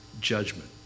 judgment